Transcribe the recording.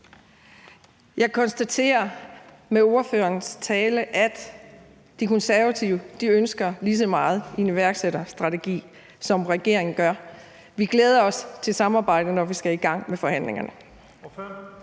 Jeg konstaterer med ordførerens tale, at De Konservative ønsker en iværksætterstrategi lige så meget, som regeringen gør. Vi glæder os til samarbejdet, når vi skal i gang med forhandlingerne.